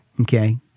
Okay